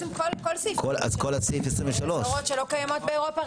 כל סעיף 23. אלה הוראות שלא קיימות באירופה?